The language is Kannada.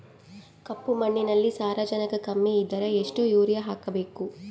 ಕಪ್ಪು ಮಣ್ಣಿನಲ್ಲಿ ಸಾರಜನಕ ಕಮ್ಮಿ ಇದ್ದರೆ ಎಷ್ಟು ಯೂರಿಯಾ ಹಾಕಬೇಕು?